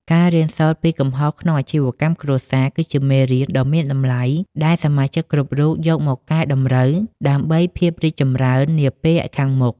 ការរៀនសូត្រពីកំហុសក្នុងអាជីវកម្មគ្រួសារ គឺជាមេរៀនដ៏មានតម្លៃដែលសមាជិកគ្រប់រូបយកមកកែតម្រូវដើម្បីភាពរីកចម្រើននាពេលខាងមុខ។